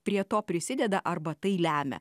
prie to prisideda arba tai lemia